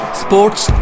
sports